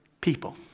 people